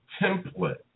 template